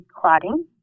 clotting